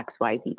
XYZ